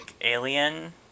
alien